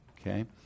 Okay